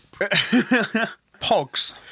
pogs